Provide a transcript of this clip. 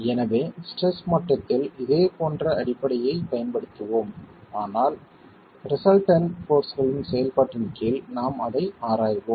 எனவே ஸ்ட்ரெஸ் மட்டத்தில் இதேபோன்ற அடிப்படையைப் பயன்படுத்துவோம் ஆனால் ரிசல்டன்ட் போர்ஸ்களின் செயல்பாட்டின் கீழ் நாம் அதை ஆராய்வோம்